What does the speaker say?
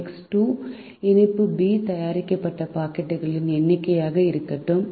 X 2 இனிப்பு B தயாரிக்கப்பட்ட பாக்கெட்டுகளின் எண்ணிக்கையாக இருக்கட்டும்